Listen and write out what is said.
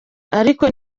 ariko